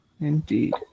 Indeed